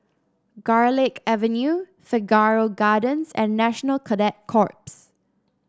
Garlick Avenue Figaro Gardens and National Cadet Corps